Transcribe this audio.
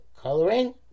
coloring